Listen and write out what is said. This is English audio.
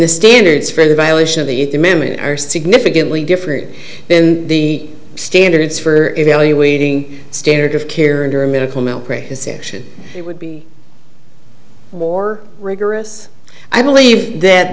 the standards for the violation of the memory are significantly different in the standards for evaluating standard of care under medical malpractise action it would be more rigorous i believe that